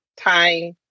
time